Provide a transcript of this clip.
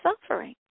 suffering